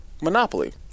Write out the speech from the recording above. monopoly